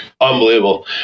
Unbelievable